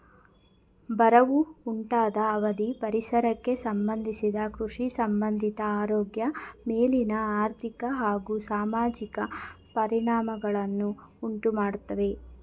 ಬರವು ಉಂಟಾದ ಅವಧಿ ಪರಿಸರಕ್ಕೆ ಸಂಬಂಧಿಸಿದ ಕೃಷಿಸಂಬಂಧಿತ ಆರೋಗ್ಯ ಮೇಲಿನ ಆರ್ಥಿಕ ಹಾಗೂ ಸಾಮಾಜಿಕ ಪರಿಣಾಮಗಳನ್ನು ಉಂಟುಮಾಡ್ತವೆ